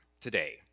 today